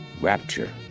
Rapture